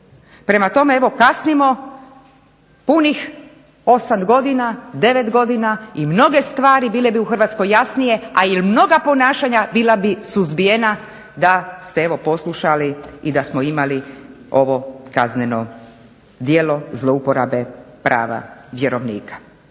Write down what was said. Prema tome, kasnimo punih 8, 9 godina i mnoge stvari bile bi u Hrvatskoj jasnije a i mnoga ponašanja bila bi suzbijena da ste evo poslušali i da smo imali ovo kazneno djelo zlouporabe prava vjerovnika,